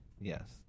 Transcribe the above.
Yes